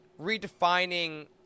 redefining –